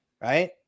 Right